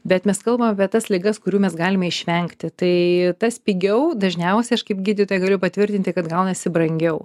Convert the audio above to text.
bet mes kalbam apie tas ligas kurių mes galime išvengti tai tas pigiau dažniausiai aš kaip gydytoja galiu patvirtinti kad gaunasi brangiau